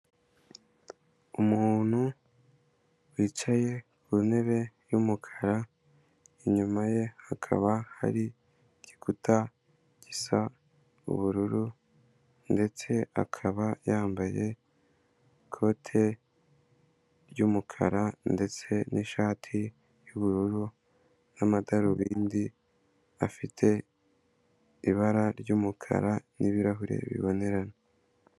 Umuntu wicaye ku ntebe y'umukara, inyuma ye hakaba hari igikuta gisa ubururu ndetse akaba yambaye ikote ry'umukara ndetse n'ishati y'ubururu n'amadarubindi afite ibara ry'umukara n'ibirahure bibonerana.